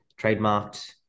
trademarked